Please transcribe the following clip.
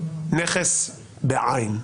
נכס בעין.